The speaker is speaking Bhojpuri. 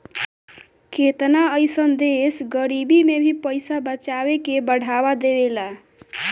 केतना अइसन देश गरीबी में भी पइसा बचावे के बढ़ावा देवेला